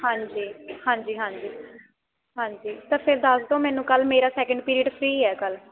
ਹਾਂਜੀ ਹਾਂਜੀ ਤਾਂ ਫਿਰ ਦੱਸ ਦਿਉ ਮੈਨੂੰ ਕੱਲ੍ਹ ਮੇਰਾ ਸੈਕਿੰਡ ਪੀਰੀਡ ਫਰੀ ਹੈ ਕਾਲ